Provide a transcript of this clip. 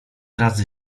razy